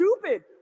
stupid